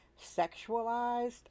sexualized